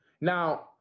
Now